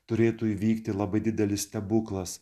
turėtų įvykti labai didelis stebuklas